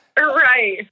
Right